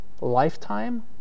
lifetime